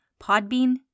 Podbean